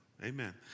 Amen